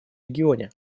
регионе